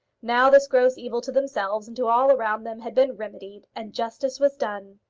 now this gross evil to themselves and to all around them had been remedied, and justice was done.